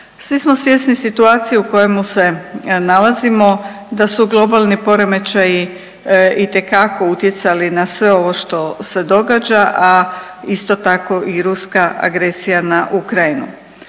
Svi smo svjesni situacije u kojemu se nalazimo da su globalni poremećaji itekako utjecali na sve ovo što se događa, a isto tako i ruska agresija na Ukrajinu.